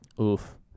Oof